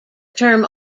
term